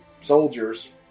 soldiers